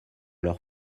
leur